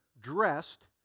dressed